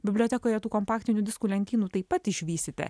bibliotekoje tų kompaktinių diskų lentynų taip pat išvysite